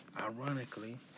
Ironically